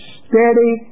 steady